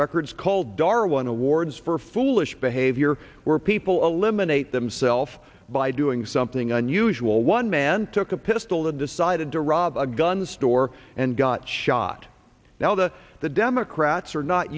records called darwin awards for foolish behavior where people eliminate themself by doing something unusual one man took a pistol to decided to rob a gun store and got shot now to the democrats are not